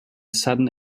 sudden